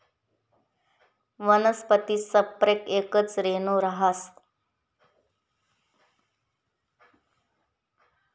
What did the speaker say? वनस्पती संप्रेरक येकच रेणू रहास